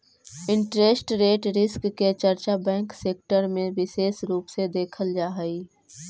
interest rate risk के चर्चा bank sector में विशेष रूप से देखल जा हई